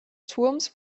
turms